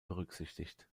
berücksichtigt